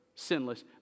Sinless